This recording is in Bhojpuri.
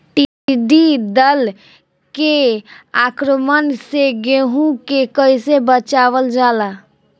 टिडी दल के आक्रमण से गेहूँ के कइसे बचावल जाला?